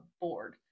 board